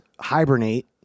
hibernate